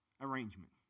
Arrangement